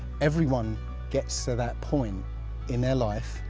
everyone gets to that point in their life,